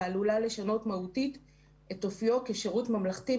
ועלולה לשנות מהותית את אופיו כשירות ממלכתי,